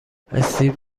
استیو